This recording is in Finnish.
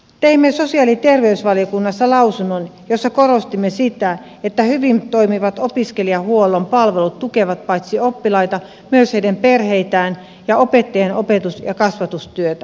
teimme sosiaali ja terveysvaliokunnassa lausunnon jossa korostimme sitä että hyvin toimivat opiskelijahuollon palvelut tukevat paitsi oppilaita myös heidän perheitään ja opettajien opetus ja kasvatustyötä